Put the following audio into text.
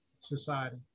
society